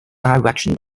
direction